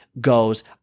Goes